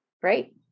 Great